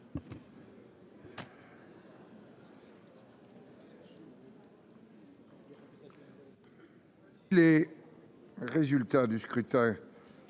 Merci.